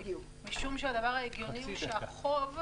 משום שהחוב,